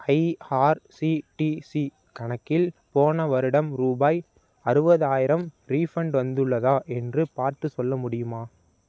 IRCTC கணக்கில் போன வருடம் ரூபாய் அறுபதாயிரம் ரீஃபண்ட் வந்துள்ளதா என்று பார்த்து சொல்ல முடியுமா